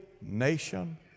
nation